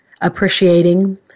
appreciating